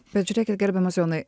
bet žiūrėkit gerbiamas jonai